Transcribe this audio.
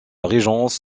régence